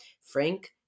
Frank